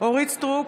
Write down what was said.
אורית מלכה סטרוק,